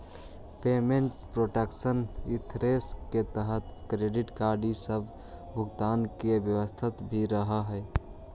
payment protection insurance के तहत credit card इ सब के भुगतान के व्यवस्था भी रहऽ हई